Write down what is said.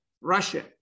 Russia